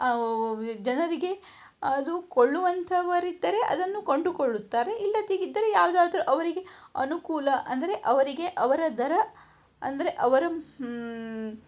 ಜನರಿಗೆ ಅದು ಕೊಳ್ಳುವಂಥವರಿದ್ದರೆ ಅದನ್ನು ಕೊಂಡುಕೊಳ್ಳುತ್ತಾರೆ ಇಲ್ಲದಿದ್ದರೆ ಯಾವುದಾದರು ಅವರಿಗೆ ಅನುಕೂಲ ಅಂದರೆ ಅವರಿಗೆ ಅವರ ದರ ಅಂದರೆ ಅವರ